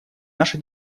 наша